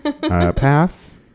Pass